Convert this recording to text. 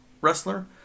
wrestler